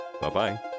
Bye-bye